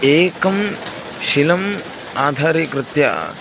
एकं शिलाम् आधारीकृत्य